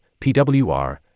PWR